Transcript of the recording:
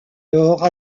alors